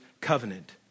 covenant